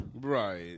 Right